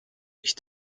ich